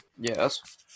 Yes